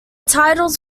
titles